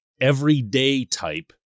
everyday-type